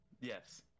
Yes